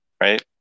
right